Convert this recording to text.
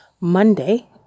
Monday